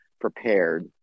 prepared